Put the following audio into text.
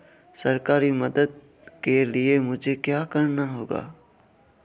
सरकारी मदद के लिए मुझे क्या करना होगा?